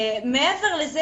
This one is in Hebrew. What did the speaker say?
מעבר לזה,